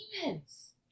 demons